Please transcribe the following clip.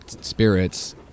spirits